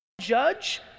judge